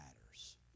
matters